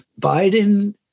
biden